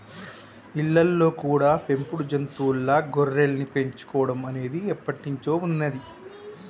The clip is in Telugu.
ఇళ్ళల్లో కూడా పెంపుడు జంతువుల్లా గొర్రెల్ని పెంచుకోడం అనేది ఎప్పట్నుంచో ఉన్నది